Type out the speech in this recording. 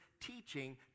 teaching